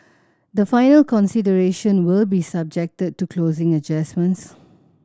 the final consideration will be subjected to closing adjustments